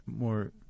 more